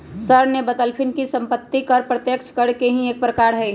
sir ने बतल खिन कि सम्पत्ति कर प्रत्यक्ष कर के ही एक प्रकार हई